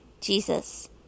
Jesus